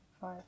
five